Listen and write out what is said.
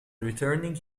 returning